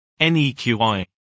NEQI